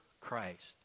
Christ